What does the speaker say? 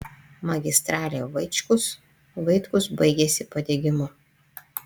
magistralė vaičkus vaitkus baigiasi padegimu